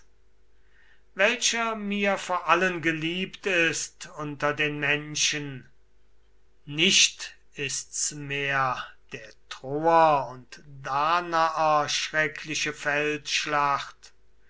welcher mir vor allen geliebt ist unter den menschen nicht ist's mehr der troer und danaer